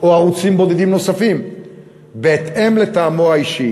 או ערוצים בודדים נוספים בהתאם לטעמו האישי,